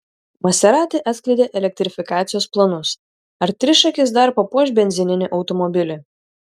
maserati atskleidė elektrifikacijos planus ar trišakis dar papuoš benzininį automobilį